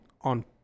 on